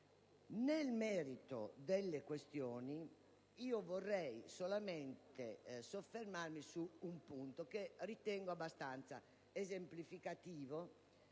Nel merito delle questioni, vorrei solamente soffermarmi su un punto, che ritengo abbastanza esemplificativo